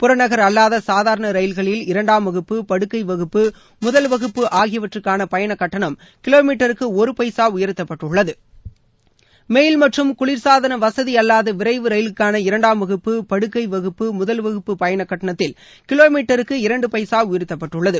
புறநகர் அல்லாத சாதாரண ரயில்களில் இரண்டாம் வகுப்பு படுக்கை வகுப்பு முதல் வகுப்பு ஆகியவற்றுக்கான பயணக் கட்டணம் கிலோ மீட்டருக்கு ஒரு பைசா உயர்த்தப்பட்டுள்ளது மெயில் மற்றும் குளிர்சாதன வசதி அல்லாத விரைவு ரயிலுக்கான இரண்டாம் வகுப்பு படுக்கை வகுப்பு முதல்வகுப்பு பயணக் கட்டணத்தில் கிலோ மீட்டருக்கு இரண்டு பைசா உயர்த்தப்பட்டுள்ளது